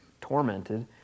tormented